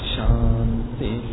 Shanti